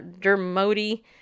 Dermody